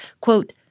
quote